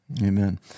Amen